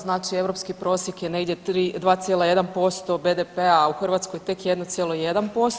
Znači europski prosjek je negdje 2,1% BDP a u Hrvatskoj tek 1,1%